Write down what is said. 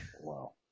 Wow